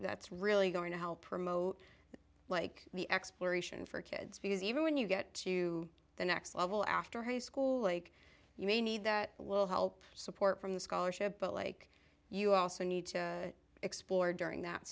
that's really going to help promote like the exploration for kids because even when you get to the next level after high school like you may need that will help support from the scholarship but like you also need to explore during that